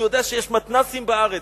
אני יודע שיש מתנ"סים בארץ,